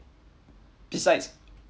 besides